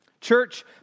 Church